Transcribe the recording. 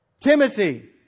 Timothy